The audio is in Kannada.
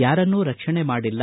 ಯಾರನ್ನೂ ರಕ್ಷಣೆ ಮಾಡಿಲ್ಲ